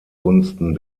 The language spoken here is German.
gunsten